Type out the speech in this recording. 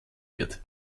wird